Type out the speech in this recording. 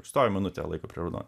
stovi minutę laiko prie raudono